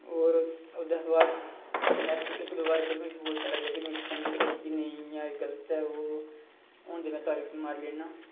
और ओह्दे बाद च कन्नै इक दो बारी फिर गोता लग्गेआ इ'यां अज्ज कल गल्त ऐ ओह् हून ते में तारी मारी लैना